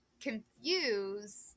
confuse